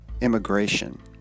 immigration